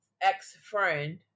ex-friend